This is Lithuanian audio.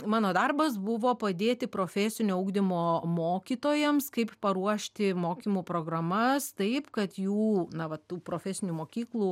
mano darbas buvo padėti profesinio ugdymo mokytojams kaip paruošti mokymų programas taip kad jų na va tų profesinių mokyklų